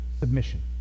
submission